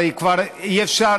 הרי כבר אי-אפשר,